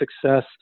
success